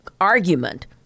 argument